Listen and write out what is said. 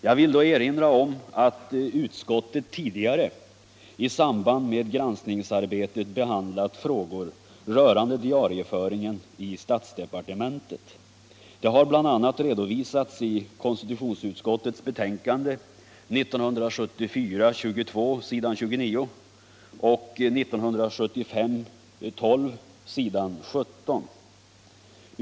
Jag vill då erinra om att utskottet tidigare i samband med granskningsarbetet behandlat frågor rörande diarieföringen i statsdepartementen. Det har bl.a. redovisats i konstitutionsutskottets betänkande 1974:22 s. 29 och 1975:12 s. 17.